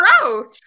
growth